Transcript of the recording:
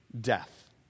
death